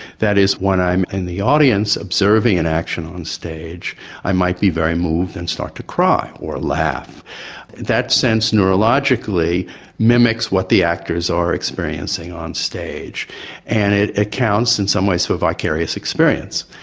that is when i am in the audience observing an action on stage i might be very moved and start to cry or laugh that sense neurologically mimics what the actors are experiencing on stage and it accounts in some ways for vicarious experience,